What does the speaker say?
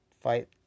fight